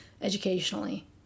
educationally